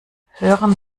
hören